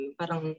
parang